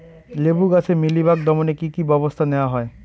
লেবু গাছে মিলিবাগ দমনে কী কী ব্যবস্থা নেওয়া হয়?